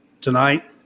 tonight